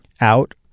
Out